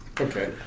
Okay